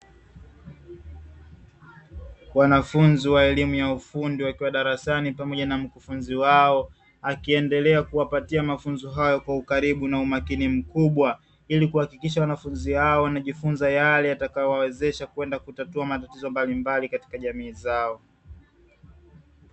Wanafunzi wa elimu ya ufundi wakiwa darasani pamoja na mkufunzi wao ,akiendelea kuwapatia mafunzo hayo kwa ukaribu na umakini mkubwa ili kuhakikisha wanafunzi hao wanajifunza yale yatakayowawezesha kwenda kutatua matatizo mbalimbali katika jamii zao.